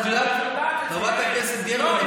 חברת הכנסת גרמן,